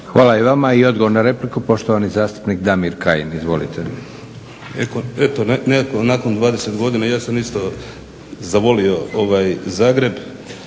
Hvala i vama. I odgovor na repliku, poštovani zastupnik Damir Kajin. Izvolite. **Kajin, Damir (Nezavisni)** Eto nekako nakon 20 godina ja sam isto zavolio Zagreb,